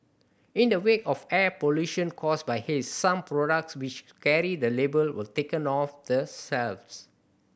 in the wake of air pollution caused by haze some products which carry the label were taken off the shelves